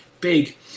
big